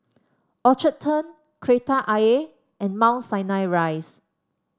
Orchard Turn Kreta Ayer and Mount Sinai Rise